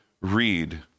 read